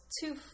two